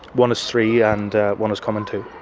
one is three and one is coming two.